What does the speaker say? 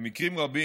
במקרים רבים,